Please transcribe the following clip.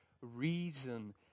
reason